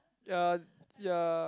ya ya